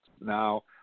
Now